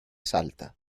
salta